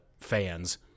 fans